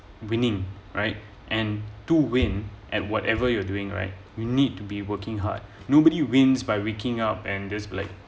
winning right and to win and whatever you're doing right we need to be working hard nobody wins by waking up and just like